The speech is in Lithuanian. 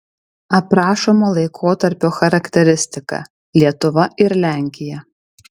aprašomo laikotarpio charakteristika lietuva ir lenkija